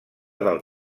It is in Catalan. del